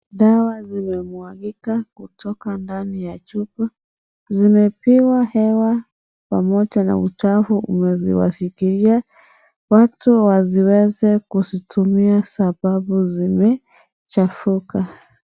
Dawa zimemwagika kutoka ndani ya chupa, zimepima hewa pamoja na uchafu umewafikia, watu wasiweze kuzitumia sababu zimechafuka.